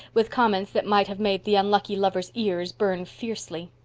with comments that might have made the unlucky lover's ears burn fiercely.